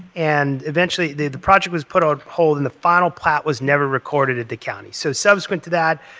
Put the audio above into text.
and eventually the the project was put on hold. and the final plat was never recorded at the county. so subsequent to that,